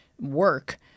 work –